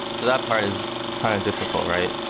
so that part is kind of difficult, right?